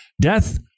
Death